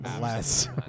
Less